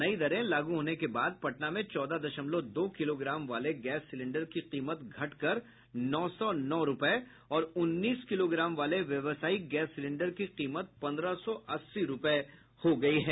नई दरें लागू होने के बाद पटना में चौदह दशमलव दो किलोग्राम वाले गैस सिलेंडर की कीमत घट कर नौ सौ नौ रूपये और उन्नीस किलोग्राम वाले व्यवसायिक गैस सिलेंडर की कीमत पन्द्रह सौ अस्सी रूपये हो गयी है